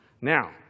Now